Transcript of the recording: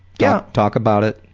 yeah talk about it.